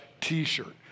t-shirt